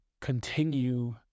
continue